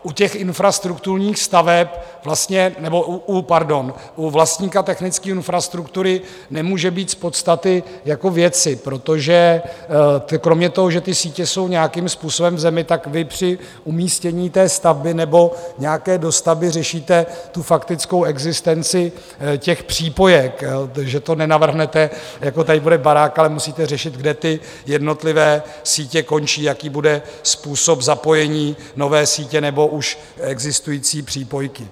U infrastrukturních staveb, nebo pardon, u vlastníka technické infrastruktury, nemůže být z podstaty věci, protože kromě toho, že ty sítě jsou nějakým způsobem v zemi, tak při umístění té stavby nebo nějaké dostavby řešíte faktickou existenci těch přípojek, protože to nenavrhnete tady bude barák, ale musíte řešit, kde ty jednotlivé sítě končí, jaký bude způsob zapojení nové sítě nebo už existující přípojky.